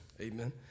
Amen